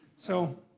so.